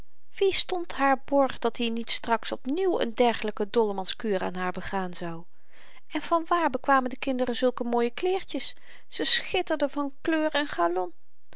wie stond haar borg dat-i niet straks op nieuw een dergelyke dollemanskuur aan haar begaan zou en vanwaar bekwamen de kinderen zulke mooie kleertjes ze schitterden van kleur en galon